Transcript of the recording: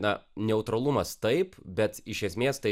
na neutralumas taip bet iš esmės tai